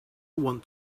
want